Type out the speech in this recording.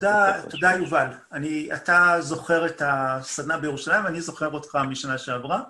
תודה, תודה, יובל. אתה זוכר את הסדנה בירושלים, אני זוכר אותך משנה שעברה.